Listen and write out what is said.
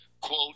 quote